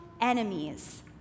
enemies